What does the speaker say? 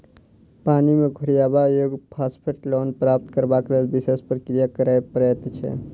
पानि मे घोरयबा योग्य फास्फेट लवण प्राप्त करबाक लेल विशेष प्रक्रिया करय पड़ैत छै